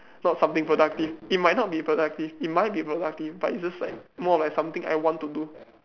not something productive it might not be productive it might be productive but it's just like more of something I want to do